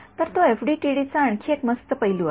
तर तो एफडीटीडीचा आणखी एक मस्त पैलू आहे